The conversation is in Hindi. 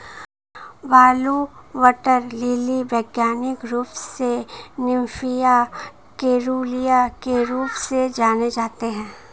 ब्लू वाटर लिली वैज्ञानिक रूप से निम्फिया केरूलिया के रूप में जाना जाता है